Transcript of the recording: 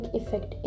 effect